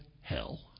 hell